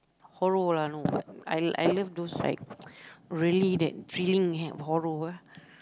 horror lah no but I I love those like really that thrilling h~ horror ah